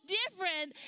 different